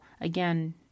again